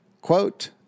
Quote